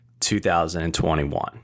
2021